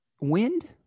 wind